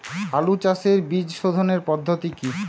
আলু চাষের বীজ সোধনের পদ্ধতি কি?